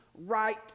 right